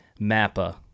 MAPPA